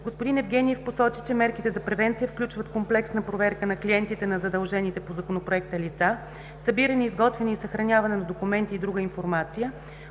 Господин Евгениев посочи, че мерките за превенция включват комплексна проверка на клиентите на задължените по Законопроекта лица, събиране, изготвяне и съхраняване на документи и друга информация,